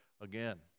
again